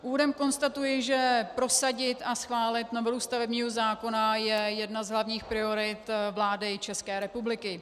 Úvodem konstatuji, že prosadit a schválit novelu stavebního zákona je jedna z hlavních priorit vlády České republiky.